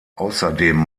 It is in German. außerdem